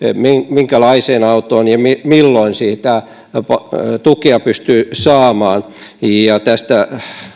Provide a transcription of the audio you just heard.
minkälaiseen autoon ja milloin sitä tukea pystyy saamaan tästä